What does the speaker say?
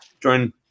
Join